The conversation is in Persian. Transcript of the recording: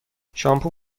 شامپو